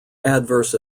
adverse